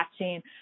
watching